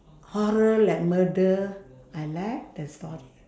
horror like murder I like the story